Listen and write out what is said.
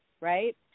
Right